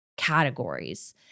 categories